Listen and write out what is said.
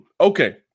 Okay